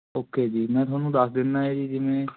okay ਜੀ ਮੈਂ ਤੁਹਾਨੂੰ ਦੱਸ ਦਿੰਦਾ ਇਹ ਜੀ ਜਿਵੇਂ